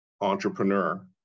entrepreneur